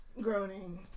groaning